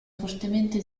fortemente